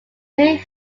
made